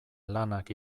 lanak